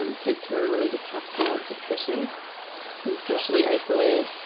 and kids who are really distrustful and suspicious who socially isolate